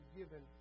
given